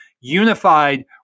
unified